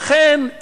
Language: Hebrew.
לכן,